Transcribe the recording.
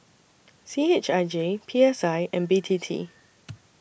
C H I J P S I and B T T